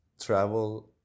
travel